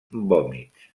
vòmits